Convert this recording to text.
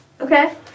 okay